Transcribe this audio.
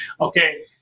Okay